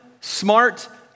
smart